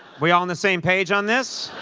we all on the same page on this?